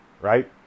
right